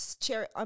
chair